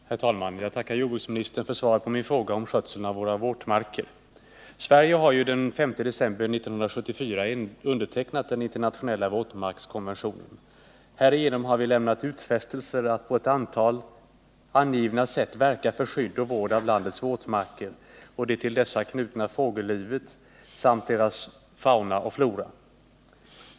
Herr talman! Jag tackar jordbruksministern för svaret på min fråga om skötseln av våra våtmarker. Sverige har den 5 december 1974 undertecknat den internationella våtmarkskonventionen. Härigenom har vi lämnat utfästelser att på ett antal angivna sätt verka för skydd och vård av landets våtmarker och det till dessa knutna fågellivet samt deras fauna och flora.